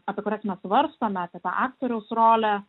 apie kurias mes svarstome apie aktoriaus rolę